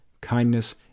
kindness